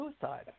suicide